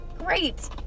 great